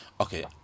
Okay